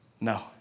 No